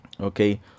okay